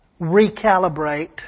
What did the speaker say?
recalibrate